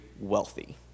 wealthy